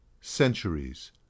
centuries